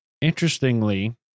Interestingly